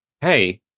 Hey